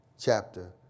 chapter